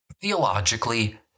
Theologically